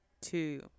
two